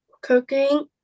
cooking